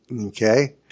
Okay